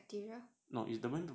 kills bacteria